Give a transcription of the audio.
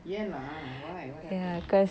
ஏன்:yaen lah why what happen